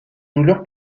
douleur